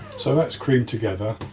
so that's creamed together